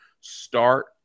Start